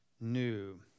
new